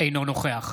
אינו נוכח